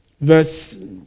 verse